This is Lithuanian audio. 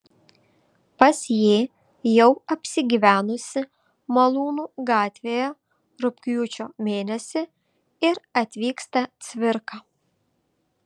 pas jį jau apsigyvenusį malūnų gatvėje rugpjūčio mėnesį ir atvyksta cvirka